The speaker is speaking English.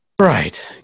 right